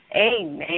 Amen